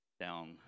down